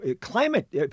Climate